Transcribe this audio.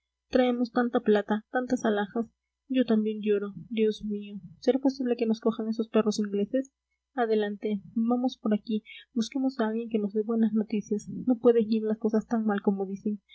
traemos tanta plata tantas alhajas yo también lloro dios mío será posible que nos cojan esos perros ingleses adelante vamos por aquí busquemos a alguien que nos de buenas noticias no pueden ir las cosas tan mal como dicen